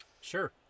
Sure